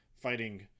fighting